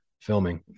filming